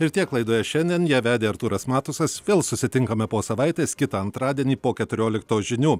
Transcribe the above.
ir tiek laidoje šiandien ją vedė artūras matusas vėl susitinkame po savaitės kitą antradienį po keturioliktos žinių